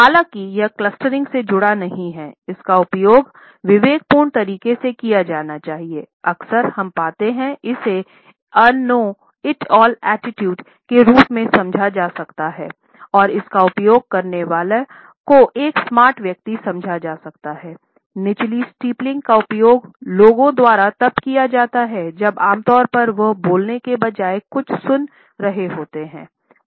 हालांकि यह क्लस्टरिंग का उपयोग लोगों द्वारा तब किया जाता है जब आम तौर पर वे बोलने के बजाय कुछ सुन रहे होते हैं